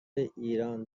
ایران